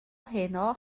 heno